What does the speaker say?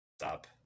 stop